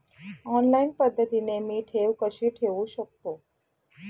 Online पद्धतीने मी ठेव कशी ठेवू शकतो?